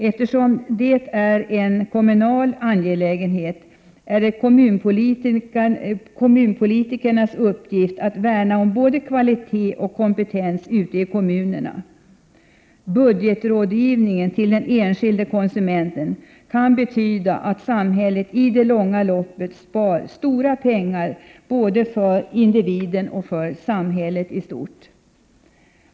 Eftersom detta är en kommunal angelägenhet är det kommunpolitikernas uppgift att värna om både kvalitet och kompetens ute i kommunerna. Budgetrådgivningen till den enskilde konsumenten kan betyda att samhället i det långa loppet spar stora pengar både för individen och för samhället i stort.